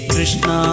Krishna